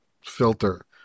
filter